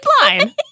Line